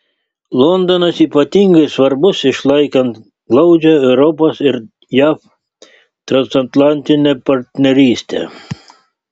londonas ypatingai svarbus išlaikant glaudžią europos ir jav transatlantinę partnerystę